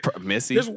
Missy